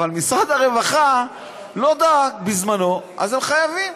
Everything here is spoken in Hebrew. אבל משרד הרווחה לא דאג בזמנו, אז הם חייבים.